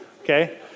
Okay